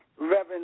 Reverend